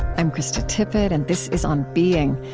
i'm krista tippett, and this is on being.